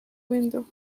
window